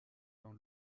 dans